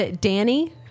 Danny